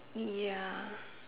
ya